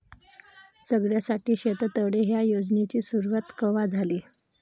सगळ्याइसाठी शेततळे ह्या योजनेची सुरुवात कवा झाली?